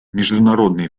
международный